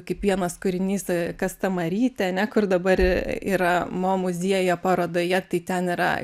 kaip vienas kūrinys kas ta marytė ane kur dabar yra mo muziejuje parodoje tai ten yra